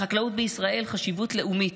לחקלאות בישראל חשיבות לאומית,